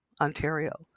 Ontario